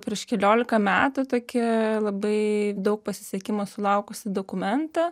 prieš keliolika metų tokia labai daug pasisekimo sulaukusi dokumenta